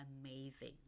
amazing